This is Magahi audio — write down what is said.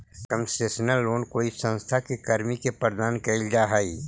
कंसेशनल लोन कोई संस्था के कर्मी के प्रदान कैल जा हइ